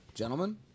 Gentlemen